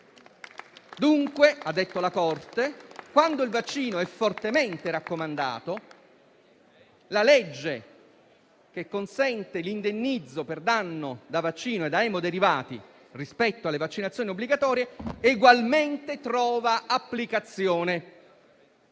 Dunque, ha detto la Corte, quando il vaccino è fortemente raccomandato, la legge che consente l'indennizzo per danno da vaccino e da emoderivati rispetto alle vaccinazioni obbligatorie egualmente trova applicazione.